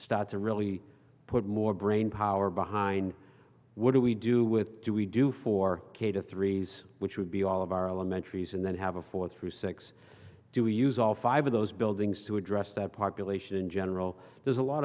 start to really put more brainpower behind what do we do with do we do four k to threes which would be all of our elementary and then have a four through six to use all five of those buildings to address that population in general there's a lot